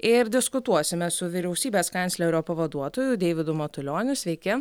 ir diskutuosime su vyriausybės kanclerio pavaduotoju deividu matulioniu sveiki